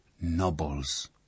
nobles